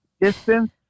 distance